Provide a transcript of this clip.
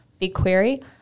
BigQuery